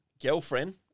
Girlfriend